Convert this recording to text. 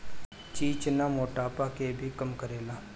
चिचिना मोटापा के भी कम करेला